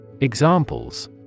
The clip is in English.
Examples